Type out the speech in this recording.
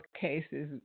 cases